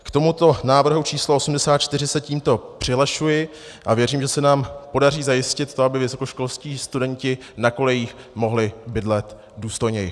K tomuto návrhu číslo 84 se tímto přihlašuji a věřím, že se nám podaří zajistit to, aby vysokoškolští studenti na kolejích mohli bydlet důstojněji.